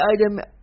item